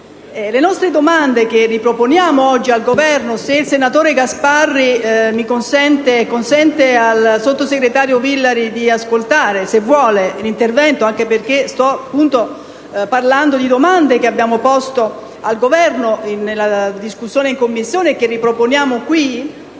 Le nostre domande, che riproponiamo oggi al Governo - se il senatore Gasparri mi consente e consente al sottosegretario Villari di ascoltare, se vuole, l'intervento, anche perché sto appunto parlando di domande che abbiamo posto al Governo nella discussione in Commissione e che riproponiamo in